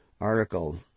article